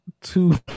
two